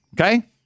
okay